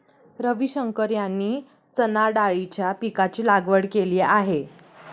रविशंकर यांनी चणाडाळीच्या पीकाची लागवड केली आहे